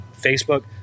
Facebook